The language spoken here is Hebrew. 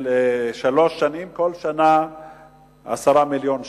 לשלוש שנים, כל שנה 10 מיליוני שקל.